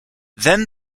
then